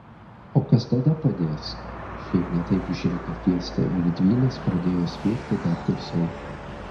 o kas tada padės šiaip ne taip išrėkė fiesta ir dvynės pradėjo spiegti dar garsiau